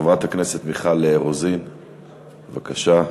חברת הכנסת מיכל רוזין, בבקשה,